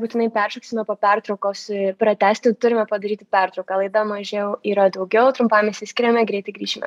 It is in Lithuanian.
būtinai peršoksime po pertraukos pratęsti turime padaryti pertrauką laida mažiau yra daugiau trumpam išsiskiriame greitai grįšime